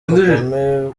kagame